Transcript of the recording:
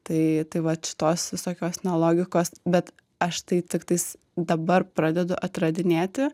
tai tai vat šitos visokios nelogikos bet aš tai tiktais dabar pradedu atradinėti